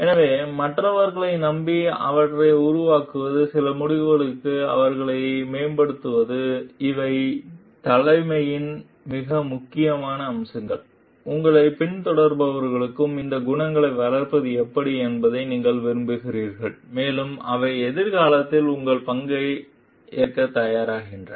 எனவே மற்றவர்களை நம்பி அவற்றை உருவாக்குவது சில முடிவுகளுக்கு அவர்களை மேம்படுத்துவது இவை தலைமையின் மிக முக்கியமான அம்சங்கள் உங்களைப் பின்தொடர்பவர்களிடமும் இந்த குணங்களை வளர்ப்பது எப்படி என்பதை நீங்கள் விரும்புகிறீர்கள் மேலும் அவை எதிர்காலத்தில் உங்கள் பங்கை ஏற்கத் தயாராகின்றன